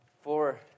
four